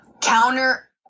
Counter